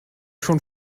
schon